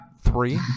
three